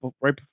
Right